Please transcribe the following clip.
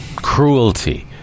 cruelty